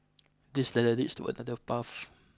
this ladder leads to another path